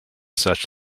such